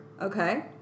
Okay